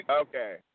Okay